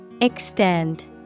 Extend